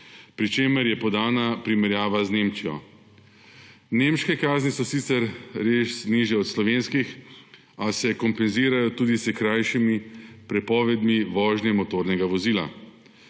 pri čemer je podana primerjava z Nemčijo. Nemške kazni so sicer res nižje od slovenskih, a se kompenzirajo tudi s krajšimi prepovedmi vožnje motornega vozila.